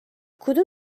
کدوم